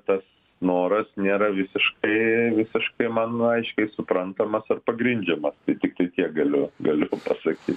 tas noras nėra visiškai visiškai man aiškiai suprantamas ar pagrindžiamas tai tiktai tiek galiu galiu pasakyt